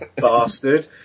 bastard